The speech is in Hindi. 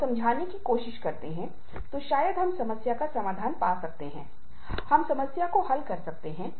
और अधिकतम व्यक्ति प्रति दिन 9 घंटे काम कर सकता है